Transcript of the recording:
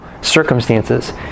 circumstances